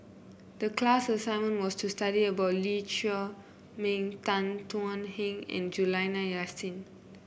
the class assignment was to study about Lee Chiaw Meng Tan Thuan Heng and Juliana Yasin